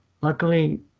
luckily